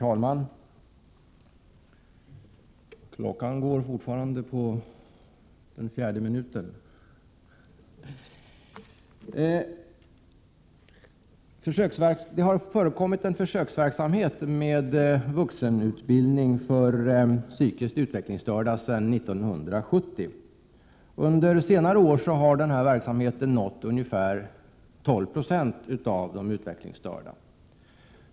Herr talman! En försöksverksamhet med vuxenutbildning för psykiskt utvecklingsstörda har pågått sedan 1970. Under senare år har den verksamheten nått ungefär 12 96 av de utvecklingsstörda.